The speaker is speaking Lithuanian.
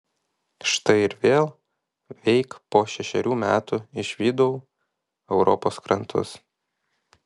štai ir vėl veik po šešerių metų išvydau europos krantus